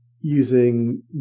using